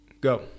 Go